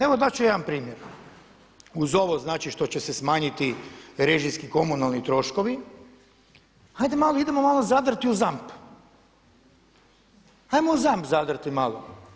Evo dat ću jedan primjer uz ovo znači što će se smanjiti režijski, komunalni troškovi ajde malo, idemo malo zadrti u ZAMP, ajmo u ZAMP zadrti malo.